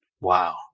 Wow